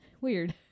Weird